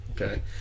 Okay